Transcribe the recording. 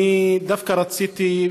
אני דווקא רציתי,